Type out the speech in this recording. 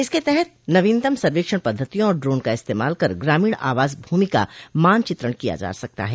इसके तहत नवीनतम सर्वेक्षण पद्वतियों और ड्रोन का इस्तेमाल कर गामीण आवास भूमि का मानचित्रण किया जा सकता है